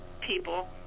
people